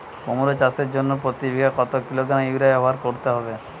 কুমড়ো চাষের জন্য প্রতি বিঘা কত কিলোগ্রাম ইউরিয়া ব্যবহার করতে হবে?